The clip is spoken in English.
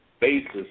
basis